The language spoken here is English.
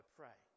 pray